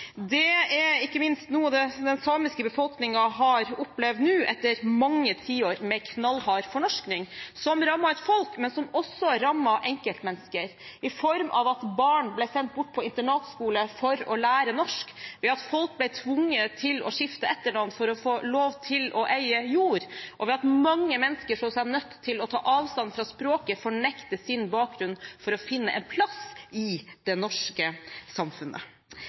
Det er ikke minst noe den samiske befolkningen har opplevd nå, etter mange tiår med knallhard fornorsking, som rammet et folk, men som også rammet enkeltmennesker, i form av at barn ble sendt bort på internatskole for å lære norsk, ved at folk ble tvunget til å skifte etternavn for å få lov til å eie jord, og ved at mange mennesker så seg nødt til å ta avstand fra språket, fornekte sin bakgrunn, for å finne en plass i det norske samfunnet.